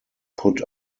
put